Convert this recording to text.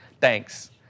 Thanks